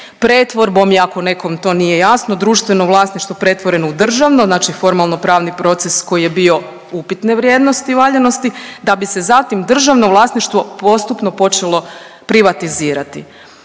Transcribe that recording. pretvorbom, i ako nekom to nije jasno, društveno vlasništvo pretvoreno u državno, znači formalnopravni proces koji je bio upitne vrijednosti i valjanosti da bi se zatim državno vlasništvo postupno počelo privatizirati.